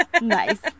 nice